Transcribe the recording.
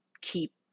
keep